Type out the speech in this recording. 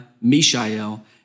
Mishael